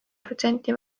protsenti